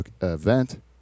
event